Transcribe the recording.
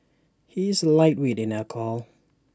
he is A lightweight in alcohol